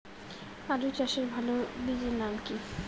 আলু চাষের ভালো বীজের নাম কি?